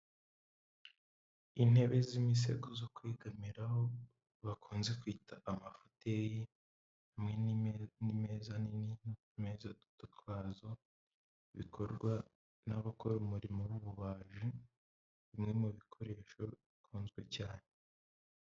Intebe z'imisego zo kwegamiraho, bakunze kwita amafuteyi, hamwe n'imeza nini n'uduto twazo, bikorwa n'abakora umurimo w'ububaji, bimwe mu bikoresho bikunzwe cyane.